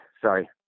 Sorry